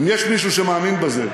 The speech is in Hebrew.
אם יש מישהו שמאמין בזה,